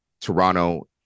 Toronto